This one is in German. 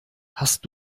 hast